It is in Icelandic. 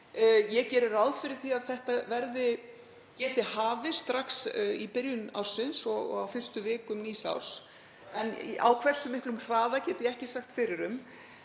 Ég geri ráð fyrir því að þetta geti hafist strax í byrjun ársins og á fyrstu vikum nýs árs, en á hversu miklum hraða get ég ekki sagt fyrir um.